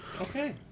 okay